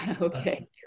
Okay